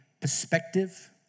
perspective